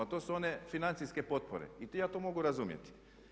To su one financijske potpore i ja to mogu razumjeti.